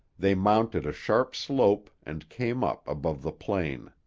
they mounted a sharp slope and came up above the plain.